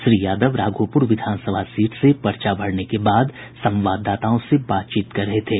श्री यादव राघोपुर विधानसभा सीट से पर्चा भरने के बाद संवाददाताओं से बातचीत कर रहे थे